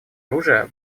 оружия